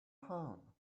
home